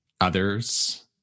others